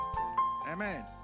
Amen